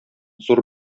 зур